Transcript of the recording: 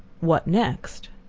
what next?